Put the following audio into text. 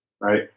right